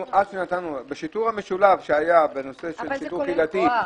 בשיטור המשולב שהיה בנושא של שיטור קהילתי,